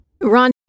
Ron